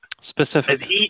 Specific